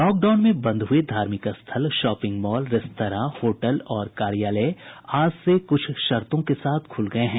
lockdown में बंद हुए धार्मिक स्थल शॉपिंग मॉल रेस्त्रां होटल और कार्यालय आज से कुछ शर्तो के साथ खुल गए हैं